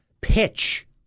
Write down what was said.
pitch